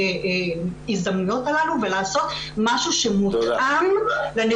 לא יודעת שום דבר על כתות.